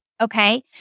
Okay